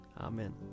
Amen